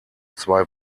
zwei